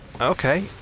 Okay